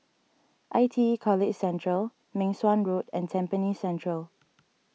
I T E College Central Meng Suan Road and Tampines Central